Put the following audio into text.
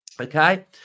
Okay